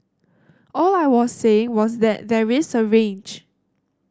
all I was saying was that there is a range